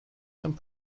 some